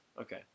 Okay